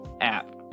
app